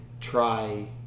try